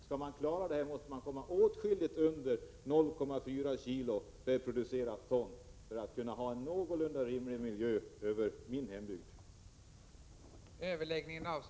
För att klara problemet och för att det skall kunna bli en någorlunda rimlig miljö i min hembygd, måste man komma åtskilligt under 0,4 kg per producerat ton.